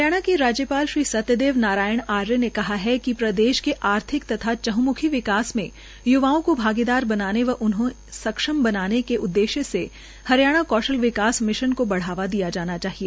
हरियाणा के राज्यपाल श्री सत्यदेव नारायण आर्य ने कहा कि प्रदेश के आर्थिक तथा चहमंखी विकास में युवाओं को भागीदार बनाने व उन्हें सक्षम बनाने के उद्देश्य से हरियाणा कौशल विकास मिशन को बढ़ावा दिया जाना चाहिए